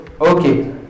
okay